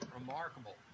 remarkable